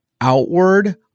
outward